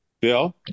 Bill